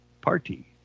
party